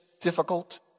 difficult